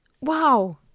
wow